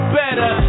better